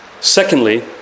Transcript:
Secondly